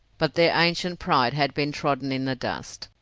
but their ancient pride had been trodden in the dust